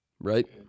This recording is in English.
Right